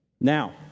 Now